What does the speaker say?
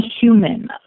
human